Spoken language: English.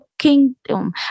Kingdom